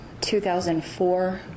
2004